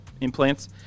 implants